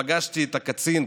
פגשתי את הקצין,